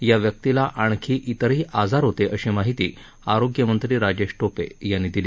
या व्यक्तीला आणखी इतरही आजार होत अशी माहिती आरोग्यमंत्री राजेश टोपे यांनी दिली